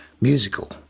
musical